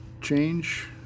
change